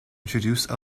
introduce